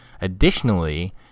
Additionally